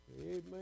Amen